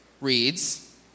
reads